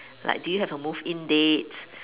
like do you have a move-in date